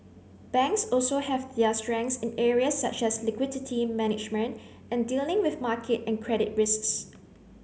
banks also have their strengths in areas such as liquidity management and dealing with market and credit risks